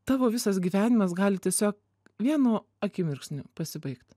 tavo visas gyvenimas gali tiesiog vienu akimirksniu pasibaigt